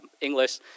English